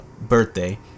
birthday